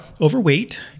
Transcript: overweight